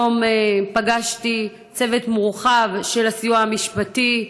היום פגשתי צוות מורחב של הסיוע המשפטי,